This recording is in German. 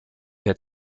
der